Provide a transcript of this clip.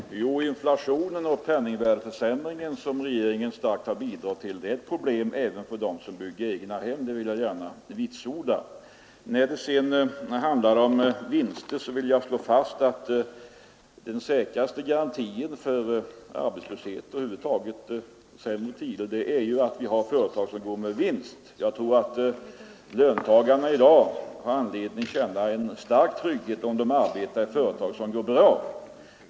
Fru talman! Jo, herr Fagerlund, den inflation och penningvärdeförsämring som regeringen starkt bidragit till utgör ett problem även för dem som bygger egnahem. Det vill jag gärna vitsorda. När det sedan gäller vinster vill jag slå fast att den säkraste garantin mot arbetslöshet och över huvud taget sämre tider är att våra företag går med vinst. Löntagarna har i dag anledning att känna större trygghet, om de arbetar i ett företag som går bra.